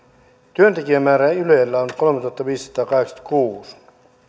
työntekijämäärä ylellä on kolmetuhattaviisisataakahdeksankymmentäkuusi